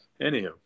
Anywho